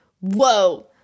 Whoa